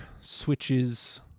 switches